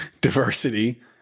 diversity